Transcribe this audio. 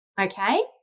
Okay